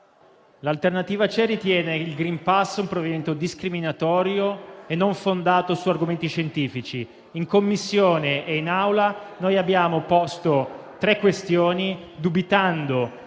la Costituzione ritiene quello sul *green pass* un provvedimento discriminatorio e non fondato su argomenti scientifici. In Commissione e in Aula abbiamo posto tre questioni, dubitando